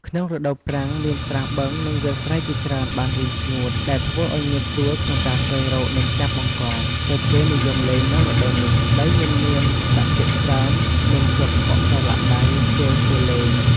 ក្នុងរដូវប្រាំង មានស្រះបឹង និងវាលស្រែជាច្រើនបានរីងស្ងួត ដែលធ្វើឱ្យងាយស្រួលក្នុងការស្វែងរក និងចាប់បង្កង ទើបគេនិយមលេងនៅរដូវនេះ ដីមិនមានសភាពសើម មិនជាប់ភក់ប្រទ្បាក់ដៃ ជើង ពេលលេង។